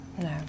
No